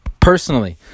personally